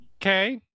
Okay